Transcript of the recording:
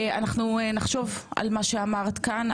נחשוב על מה שאמרת כאן.